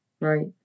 Right